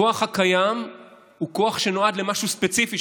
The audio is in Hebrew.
הכוח הקיים הוא כוח שנועד למשהו ספציפי.